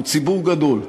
הוא ציבור גדול.